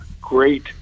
great